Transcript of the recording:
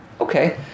Okay